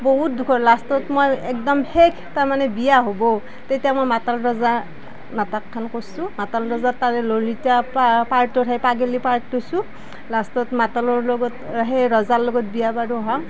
বহুত দুখৰ লাষ্টত মই একদম সেই শেষ তাৰ মানে বিয়া হ'ব তেতিয়া মই মাতাল ৰজা নাটকখন কৰিছোঁ মাতাল ৰজা তাৰপা পাৰ্টটো সেই পাগলী পাৰ্ট লৈছোঁ লাষ্টত মাতালৰ লগত সেই ৰজাৰ লগত বিয়া বাৰু হওঁ